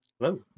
Hello